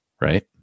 right